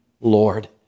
Lord